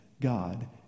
God